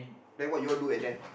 then what you all do at there